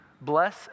Bless